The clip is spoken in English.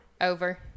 Over